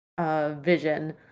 vision